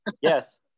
Yes